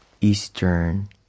Eastern